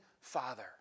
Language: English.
Father